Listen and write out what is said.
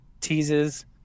teases